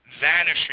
vanishing